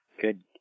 Good